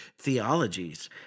theologies